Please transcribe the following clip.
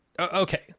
Okay